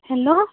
hello